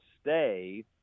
stay